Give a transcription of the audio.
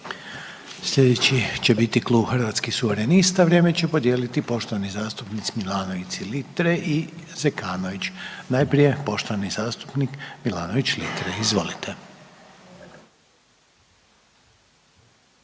Hrvatskih suverenista, a vrijeme će podijeliti poštovani zastupnici Milanović Litre i Zekanović, najprije poštovani zastupnik Milanović Litre. Izvolite. **Milanović